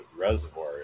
reservoir